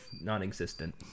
non-existent